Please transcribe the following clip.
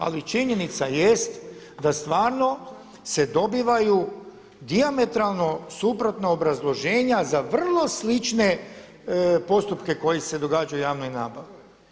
Ali činjenica jest da stvarno se dobivaju dijametralno suprotna obrazloženja za vrlo slične postupke koji se događaju u javnoj nabavi.